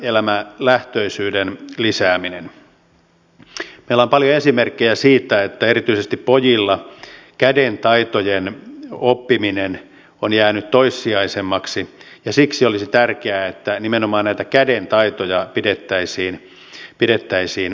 meillä on paljon esimerkkejä siitä että erityisesti pojilla kädentaitojen oppiminen on jäänyt toissijaisemmaksi ja siksi olisi tärkeää että nimenomaan näitä kädentaitoja pidettäisiin esillä